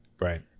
Right